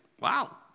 wow